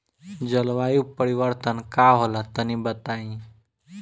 जलवायु परिवर्तन का होला तनी बताई?